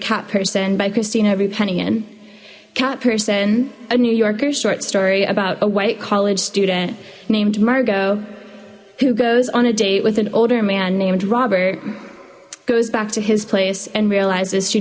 cat person by christina by penny n cat person a new yorker short story about a white college student named margot who goes on a date with an older man named robert goes back to his place and